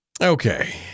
Okay